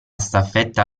staffetta